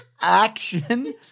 Action